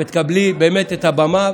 ותקבלי את הבמה.